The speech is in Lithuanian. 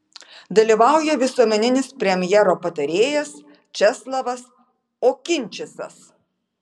dalyvauja visuomeninis premjero patarėjas česlavas okinčicas